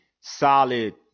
solid